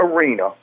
arena